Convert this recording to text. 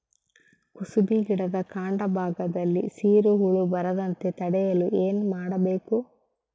ಕುಸುಬಿ ಗಿಡದ ಕಾಂಡ ಭಾಗದಲ್ಲಿ ಸೀರು ಹುಳು ಬರದಂತೆ ತಡೆಯಲು ಏನ್ ಮಾಡಬೇಕು?